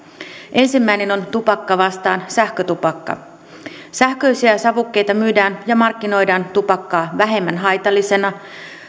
ensimmäinen on tupakka vastaan sähkötupakka sähköisiä savukkeita myydään ja markkinoidaan tupakkaa vähemmän haitallisina